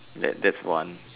that that's one